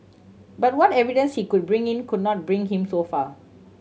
but what evidence he could bring in could not bring him so far